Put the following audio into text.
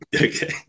Okay